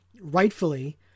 rightfully